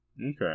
Okay